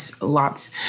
lots